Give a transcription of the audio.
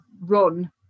run